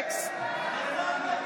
איך אתה נגד